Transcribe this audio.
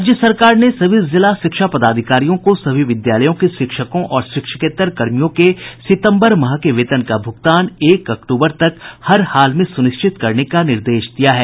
राज्य सरकार ने सभी जिला शिक्षा पदाधिकारियों को सभी विद्यालयों के शिक्षकों और शिक्षकेत्तर कर्मियों के सितंबर माह के वेतन का भूगतान एक अक्टूबर तक हरहाल में सुनिश्चित करने का निर्देश दिया है